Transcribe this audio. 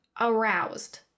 aroused